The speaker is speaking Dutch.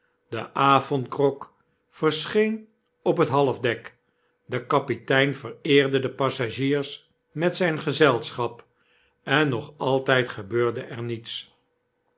de avondgrog verscheen op het halfdek de kapitein vereerde de passagiers met zyn gezelschap en nog altyd gebeurde er niets